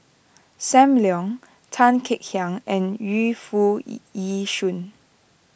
Sam Leong Tan Kek Hiang and Yu Foo Yee Yee Shoon